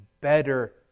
better